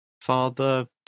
father